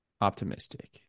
optimistic